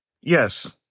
Yes